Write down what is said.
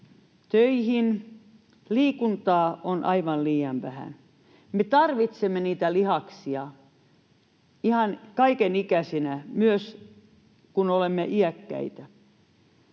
töihin. Liikuntaa on aivan liian vähän. Me tarvitsemme niitä lihaksia ihan kaikenikäisinä, myös kun olemme iäkkäitä.